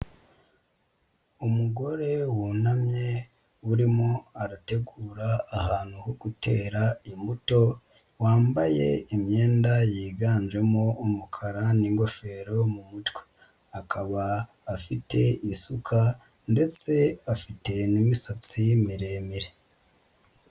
Umugore wunamye urimo arategura ahantu ho gutera imbuto, wambaye imyenda yiganjemo umukara n'ingofero mu mutwe, akaba afite isuka ndetse afite n'imisatsi miremire.